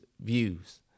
views